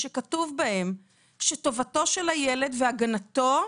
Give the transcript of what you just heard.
שכתוב בהם שבגלל טובתו של הילד והגנתו,